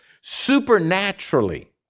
Supernaturally